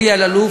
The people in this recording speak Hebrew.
אלי אלאלוף,